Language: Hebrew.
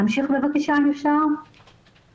מה